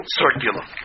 circular